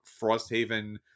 Frosthaven